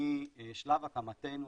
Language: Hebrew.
משלב הקמתנו,